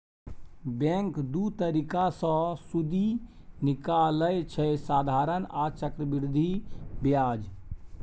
bank दु तरीका सँ सुदि निकालय छै साधारण आ चक्रबृद्धि ब्याज